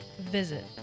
visit